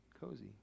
cozy